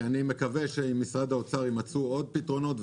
אני מקווה שעם משרד האוצר יימצאו עוד פתרונות.